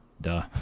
duh